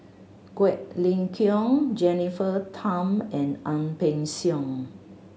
Quek Ling Kiong Jennifer Tham and Ang Peng Siong